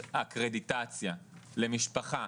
אקרדיטציה למשפחה,